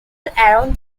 around